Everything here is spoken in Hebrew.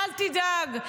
--- אל תדאג.